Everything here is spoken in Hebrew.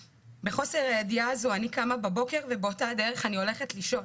בחוסר הידיעה הזו אני קמה בבוקר ובאותה הדרך אני הולכת לישון.